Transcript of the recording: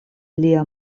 lia